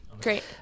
Great